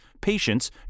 patients